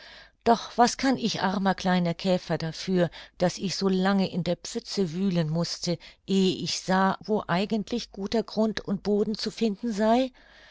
doch was kann ich armer kleiner käfer dafür daß ich so lange in der pfütze wühlen mußte ehe ich sah wo eigentlich guter grund und boden zu finden sei